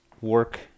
work